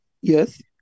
yes